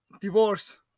Divorce